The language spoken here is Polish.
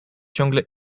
ciągle